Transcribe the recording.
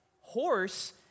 horse